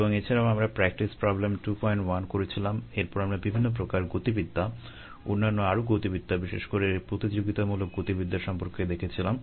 এবং এছাড়াও আমরা প্র্যাকটিস প্রবলেম 21 করেছিলাম এরপর আমরা বিভিন্ন প্রকার গতিবিদ্যা অন্যান্য আরো গতিবিদ্যা বিশেষ করে প্রতিযোগিতামূলক গতিবিদ্যা সম্পর্কে দেখেছিলাম